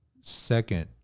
second